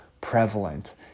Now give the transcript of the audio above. prevalent